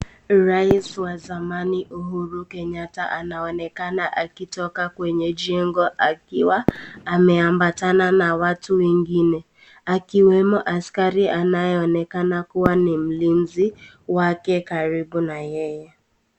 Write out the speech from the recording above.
Rais wa zamani Uhuru Kenyatta anaonekana akitoka kwenye jengo akiwa ameambatana na watu wengine, akiwemo askari anayeonekana kua ni mlinzi wake karibu na yeye.